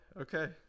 okay